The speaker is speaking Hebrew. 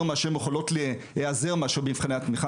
מאשר הן יכולות להיעזר במבחני התמיכה,